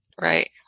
Right